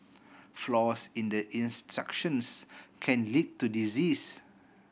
flaws in the instructions can lead to disease